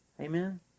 Amen